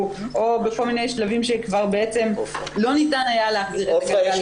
או בכל מיני שלבים שכבר בעצם לא ניתן היה להחזיר --- עפרה,